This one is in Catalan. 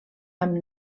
amb